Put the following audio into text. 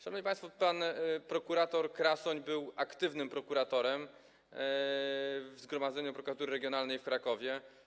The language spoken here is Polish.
Szanowni państwo, pan prokurator Krasoń był aktywnym prokuratorem w zgromadzeniu Prokuratury Regionalnej w Krakowie.